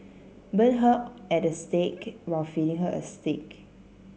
burn her at the stake while feeding her a steak